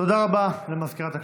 תודה רבה למזכירת הכנסת.